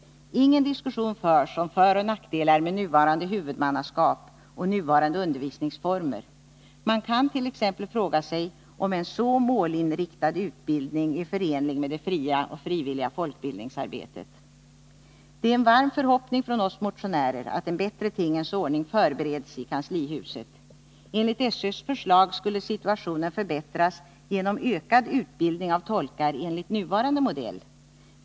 Ingen diskussion förs om föroch nackdelar med nuvarande huvudmannaskap och nuvarande undervisningsformer. Man kan t.ex. fråga sig om en så målinriktad utbildning är förenlig med det fria och frivilliga folkbildningsarbetet. Det är en varm förhoppning från oss motionärer att en bättre tingens ordning förbereds i kanslihuset. Enligt SÖ:s förslag skulle situationen förbättras genom ökad utbildning av tolkar enligt nuvarande modell.